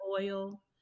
oil